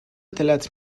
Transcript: دلت